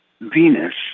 Venus